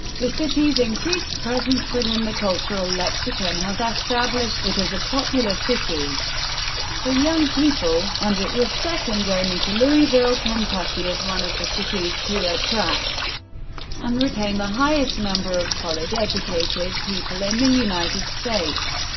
the city's increased presence within the cultural lexicon has established it as a popular city for young people, and it was second only to louisville, kentucky as one of the cities to attract and retain the highest number of college-educated people in the united states.